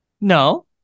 No